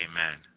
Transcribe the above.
Amen